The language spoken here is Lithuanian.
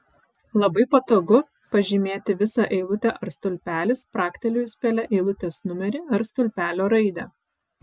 labai patogu pažymėti visą eilutę ar stulpelį spragtelėjus pele eilutės numerį ar stulpelio raidę